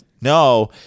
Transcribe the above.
no